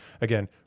Again